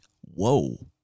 Whoa